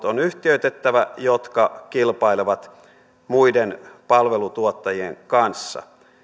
on yhtiöitettävä ne palvelut jotka kilpailevat muiden palveluntuottajien kanssa